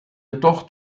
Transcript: jedoch